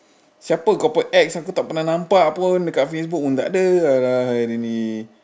siapa kau punya ex aku tak pernah nampak pun dekat facebook pun takde !alah! !hai! dia ni